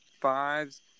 fives